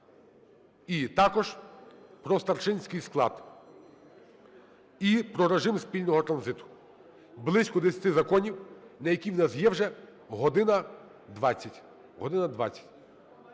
І також про старшинський склад і про режим спільного транзиту. Близько десяти законів, на які в нас є вже година